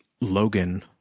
Logan